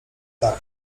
tak